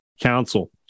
council